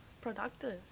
productive